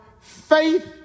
faith